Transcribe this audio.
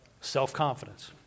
Self-confidence